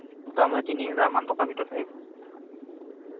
তিনি হেজাৰমান টকাৰ ভিতৰত আহিব